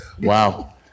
Wow